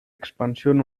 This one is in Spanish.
expansión